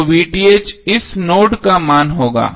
तो इस नोड का मान होगा